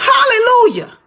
Hallelujah